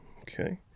Okay